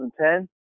2010